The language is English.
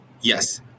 Yes